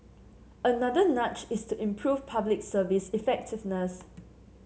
another nudge is to improve Public Service effectiveness